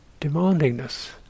demandingness